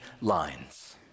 lines